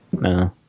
No